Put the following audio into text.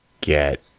get